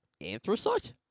Anthracite